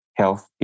health